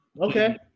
Okay